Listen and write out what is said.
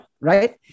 right